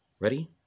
Ready